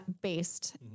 based